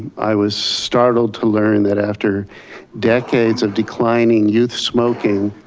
i was startled to learn that after decades of declining youth smoking,